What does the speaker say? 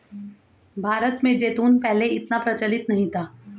भारत में जैतून पहले इतना प्रचलित नहीं था